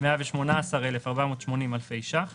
למה זה קשור למשרד השיכון מבחינת לקבל את ההחלטה?